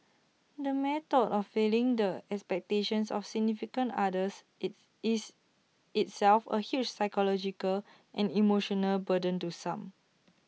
the mere thought of failing the expectations of significant others is is itself A huge psychological and emotional burden to some